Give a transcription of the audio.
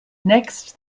next